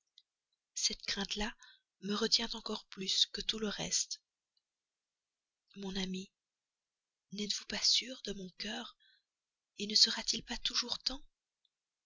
cette crainte là me retient encore plus que tout le reste mon ami n'êtes-vous pas sûr de mon cœur ne sera-t-il pas toujours temps